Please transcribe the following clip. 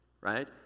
right